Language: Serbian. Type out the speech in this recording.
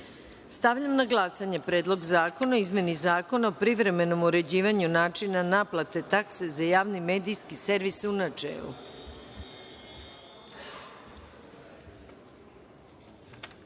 na glasanje Predlog zakona o izmeni Zakona o privremenom uređivanju načina naplate takse za Javni medijski servis, u